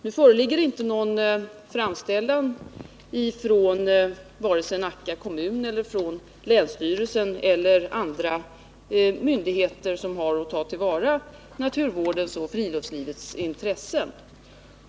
Nu föreligger inte någon framställning från vare sig Nacka kommun eller länsstyrelsen eller andra myndigheter som har att ta till vara naturvårdens och friluftslivets intressen.